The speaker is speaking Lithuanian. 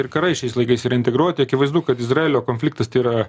ir karai šiais laikais yra integruoti akivaizdu kad izraelio konfliktas tai yra